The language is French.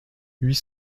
huit